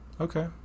Okay